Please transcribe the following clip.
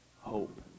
hope